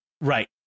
Right